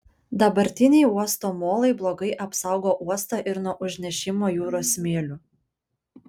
dabartiniai uosto molai blogai apsaugo uostą ir nuo užnešimo jūros smėliu